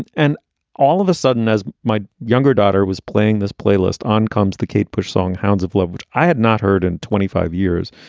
and and all of a sudden, as my younger daughter was playing this playlist, on comes the kate push song hounds of love, which i had not heard in twenty five years.